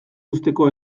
uzteko